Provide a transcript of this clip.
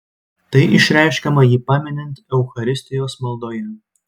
tai išreiškiama jį paminint eucharistijos maldoje